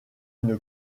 une